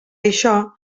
això